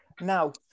now